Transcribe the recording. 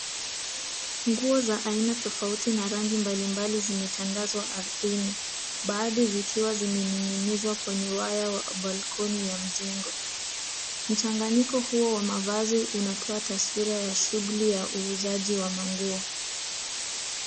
Nguo za aina tofauti na rangi mbalimbali zimetandazwa arthini, baathi zikiwa zimeninginizwa kwenye waya ya balkoni ya mjengo. Mchanganyiko huo wa mavazi unatoa taswira ya shughuli ya uuzaji wa manguo.